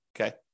okay